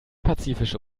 pazifische